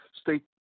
state